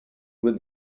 would